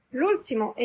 l'ultimo